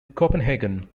copenhagen